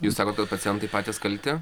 jūs sakot kad pacientai patys kalti